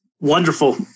wonderful